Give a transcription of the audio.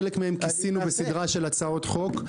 חלק מהן כיסינו בסדרה של הצעות חוק.